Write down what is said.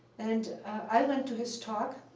and i went to his talk,